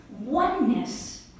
oneness